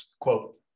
quote